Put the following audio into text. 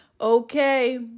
okay